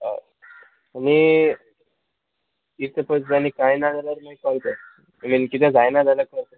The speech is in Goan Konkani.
अय आनी कितें पयसांनी जाय ना जाल्यार मागीर कोल कर मिन कितें जायना जाल्यार कोल कर